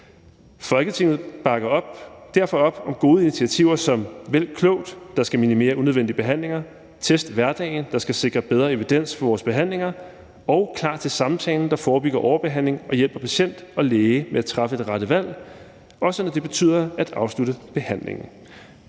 Folketinget bakker derfor op om gode initiativer som »Vælg klogt«, der skal minimere unødvendige behandlinger, »#testhverdagen«, der skal sikre bedre evidens for vores behandlinger, og »Klar til samtalen«, der forebygger overbehandling og hjælper patient og læge med at træffe det rette valg, også når det betyder at afslutte behandlingen.«